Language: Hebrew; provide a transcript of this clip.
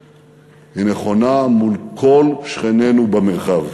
היא נכונה מול כל שכנינו במרחב.